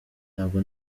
ntabwo